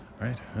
right